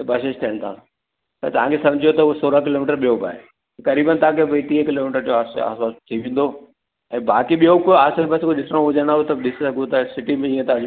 त bus stand तां त तव्हांखे सम्झो त सोरहं किलोमीटर ॿियो बि आहे करीबनि तव्हांखे टीह किलोमीटर जे आस पास अची वेंदो ऐं बाक़ी बियो त आसे पासे में ॾिसणो हुजे त ॾिसो हूअं त सिटी बि हीअं त